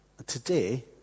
today